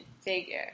figure